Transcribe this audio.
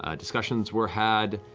ah discussions were had,